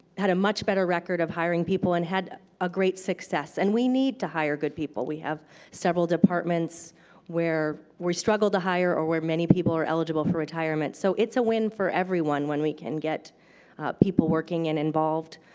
had a much better record of hiring people and had a great success. and we need to hire good people. we have several departments where we struggle to hire or where many people are eligible for retirement. so it's a win for everyone, when we can get people working and involved.